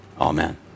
amen